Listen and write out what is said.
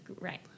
Right